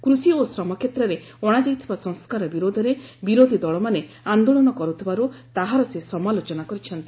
କୃଷି ଓ ଶ୍ରମ କ୍ଷେତ୍ରରେ ଅଣାଯାଇଥିବା ସଂସ୍କାର ବିରୋଧରେ ବିରୋଧୀଦଳମାନେ ଆନ୍ଦୋଳନ କରୁଥିବାରୁ ତାହାର ସେ ସମାଲୋଚନା କରିଛନ୍ତି